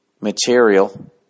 material